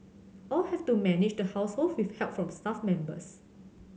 all have to manage the household with help from staff members